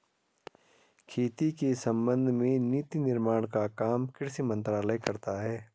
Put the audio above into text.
खेती के संबंध में नीति निर्माण का काम कृषि मंत्रालय करता है